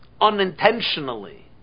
unintentionally